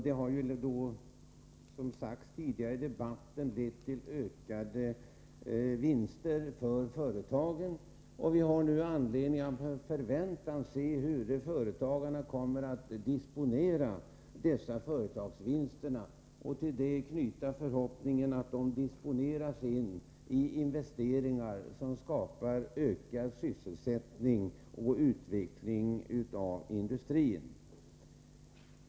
Det har, som sagts tidigare i debatten, lett till ökade vinster för företagen. Vi har nu anledning att med förväntan se fram emot hur företagarna kommer att disponera dessa vinster. Vår förhoppning är att de disponeras till investeringar som skapar ökad sysselsättning och utveckling av industrin.